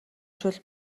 шөл